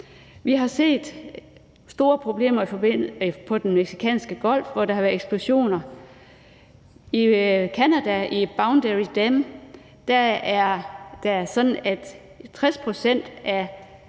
Vi har set store problemer ved den mexicanske golf, hvor der har været eksplosioner, og i Canada, i Boundary Dam, er det sådan, at 50 pct. af